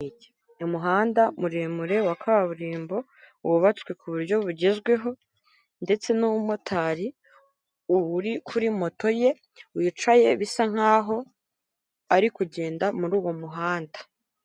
Umuhanda muremure wa kaburimbo, wubatswe kuburyo bugezweho ndetse n'umumotari ubu uri kuri moto ye wicaye bisa nk'aho ari kugenda muri uwo muhanda.